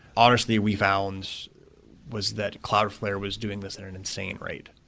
honestly, we found was that cloudflare was doing this in an insane rate.